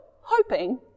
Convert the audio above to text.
hoping